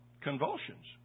convulsions